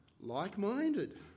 like-minded